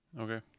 Okay